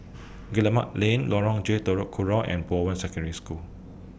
Guillemard Lane Lorong J Telok Kurau and Bowen Secondary School